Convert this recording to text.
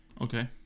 Okay